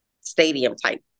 stadium-type